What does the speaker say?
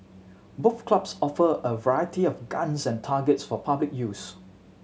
both clubs offer a variety of guns and targets for public use